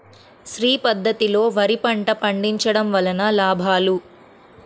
శ్రీ పద్ధతిలో వరి పంట పండించడం వలన లాభాలు?